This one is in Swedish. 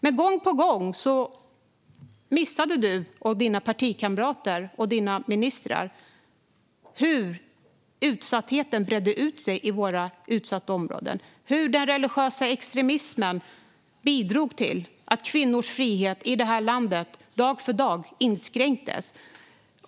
Men gång på gång missade du, dina partikamrater och dina ministrar hur utsattheten bredde ut sig i våra utsatta områden och hur den religiösa extremismen bidrog till att kvinnors frihet i det här landet dag för dag inskränktes.